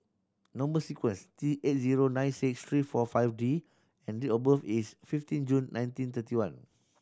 number sequence T eight zero nine six three four five D and date of birth is fifteen June nineteen thirty one